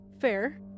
Fair